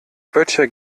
böttcher